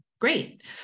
Great